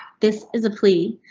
this is a plea.